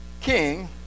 king